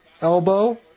Elbow